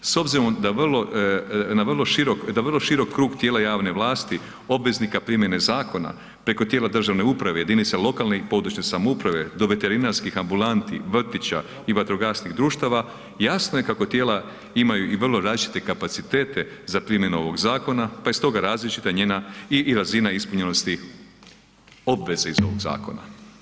S obzirom da na vrlo širok da vrlo širok krug tijela vlasti obveznika primjene zakona preko tijela državne uprave, jedinica lokalne i područne samouprave, do veterinarskih ambulanti, vrtića i vatrogasnih društava, jasno je kako tijela imaju i vrlo različite kapacitete za primjenu ovog zakona, pa je stoga različita njena i razina ispunjenosti obveza iz ovog zakona.